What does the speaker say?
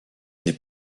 n’est